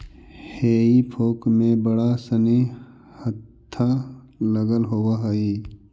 हेई फोक में बड़ा सानि हत्था लगल होवऽ हई